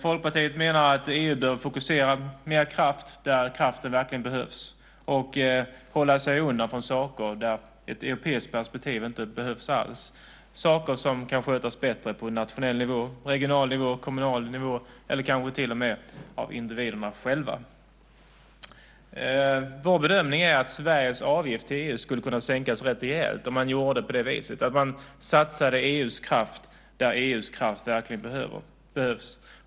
Folkpartiet menar att EU bör fokusera mer kraft där kraften verkligen behövs och hålla sig undan från saker där ett europeiskt perspektiv inte alls behövs, det vill säga saker som kan skötas bättre på nationell nivå, regional nivå, kommunal nivå eller till och med av individerna själva. Vår bedömning är att Sveriges avgift till EU skulle kunna sänkas rejält om man satsade EU:s kraft där EU:s kraft verkligen behövs.